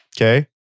Okay